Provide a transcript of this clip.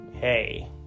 Hey